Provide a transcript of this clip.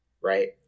Right